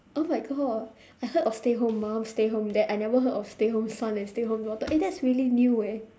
oh my god I heard of stay home mum stay home dad I never heard of stay home son and stay home daughter eh that's really new eh